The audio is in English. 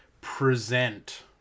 present